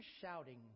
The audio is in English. shouting